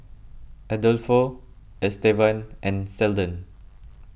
Adolfo Estevan and Seldon